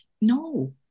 no